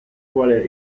quale